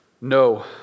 No